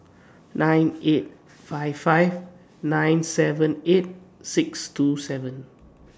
nine eight five five nine seven eight six two seven